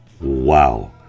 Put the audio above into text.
Wow